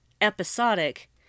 episodic